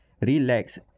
relax